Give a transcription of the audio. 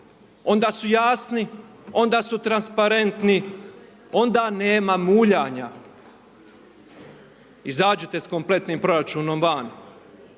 onda su jasni, onda su transparentni, onda nema muljanja. Izađite s kompletnim proračunom van,